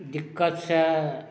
दिक्कतसँ